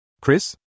Chris